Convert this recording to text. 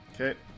Okay